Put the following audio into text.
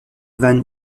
van